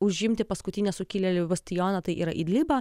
užimti paskutinę sukilėlių bastioną tai yra iglibą